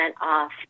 off